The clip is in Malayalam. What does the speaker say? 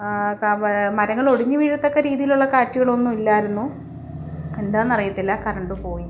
മരങ്ങൾ ഒടിഞ്ഞ് വീഴത്തക്ക രീതിയിലുള്ള കാറ്റുകളൊന്നും ഇല്ലായിരുന്നു എന്താണെന്ന് അറിയത്തില്ല കറണ്ട് പോയി